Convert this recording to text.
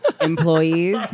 employees